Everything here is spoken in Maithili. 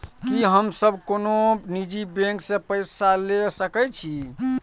की हम सब कोनो निजी बैंक से पैसा ले सके छी?